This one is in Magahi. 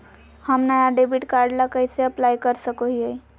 हम नया डेबिट कार्ड ला कइसे अप्लाई कर सको हियै?